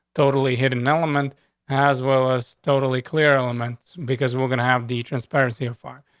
totally hidden element as well as totally clear elements, because we're gonna have the transparency of far.